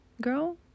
girl